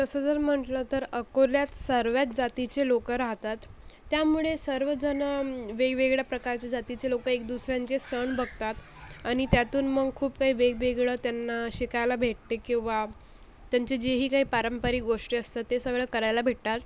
तसं जर म्हटलं तर अकोल्यात सर्वच जातीचे लोकं राहतात त्यामुळे सर्वजणं वेगवेगळ्या प्रकारच्या जातीचे लोकं एक दुसऱ्यांचे सण बघतात आणि त्यातून मग खूप काही वेगवेगळं त्यांना शिकायला भेटते की बा त्यांची जीही काय पारंपरिक गोष्टी असतात ते सगळं करायला भेटतात